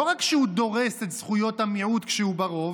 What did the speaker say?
לא רק שהוא דורס את זכויות המיעוט כשהוא ברוב,